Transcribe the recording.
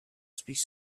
speaks